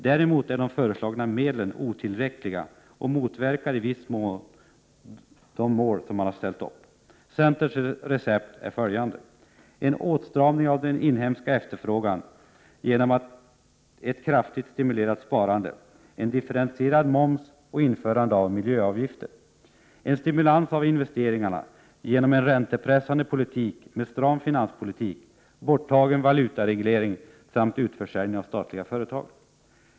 Däremot är de föreslagna medlen otillräckliga och motverkar i viss mån de mål man ställt upp. Centerns recept är följande: - En åtstramning av den inhemska efterfrågan genom ett kraftigt stimulerat sparande, en differentierad moms och införande av miljöavgifter. — En stimulans av investeringarna genom en räntepressande politik med stram finanspolitik, borttagen valutareglering samt utförsäljning av statliga företag.